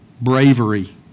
bravery